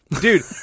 Dude